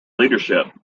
leadership